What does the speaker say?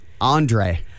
Andre